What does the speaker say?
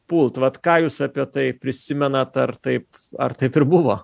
pult vat ką jūs apie tai prisimenat ar taip ar taip ir buvo